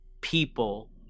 people